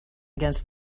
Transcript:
against